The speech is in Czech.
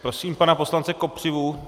Prosím pana poslance Kopřivu.